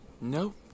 Nope